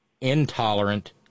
intolerant